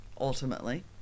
ultimately